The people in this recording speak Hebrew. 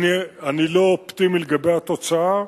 אני לא אופטימי לגבי התוצאה,